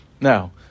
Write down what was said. Now